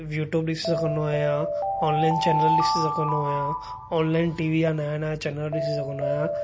YouTube ॾिसी सघंदो आहियां ऑनलाइन चैनल ॾिसी सघंदो आहियां ऑनलाइन टीवी आहे नयां नयां चैनल ॾिसी सघंदो आहियां